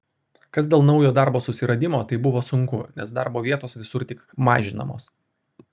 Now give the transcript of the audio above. kas dėl naujo darbo susiradimo tai buvo sunku nes darbo vietos visur tik mažinamos